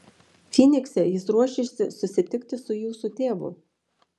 fynikse jis ruošėsi susitikti su jūsų tėvu